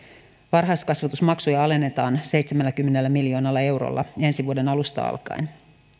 varhaiskasvatusmaksuja alennetaan seitsemälläkymmenellä miljoonalla eurolla ensi vuoden alusta alkaen